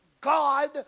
God